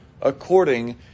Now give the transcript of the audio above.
according